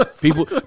people